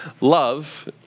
love